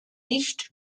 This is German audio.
nicht